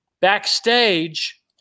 backstage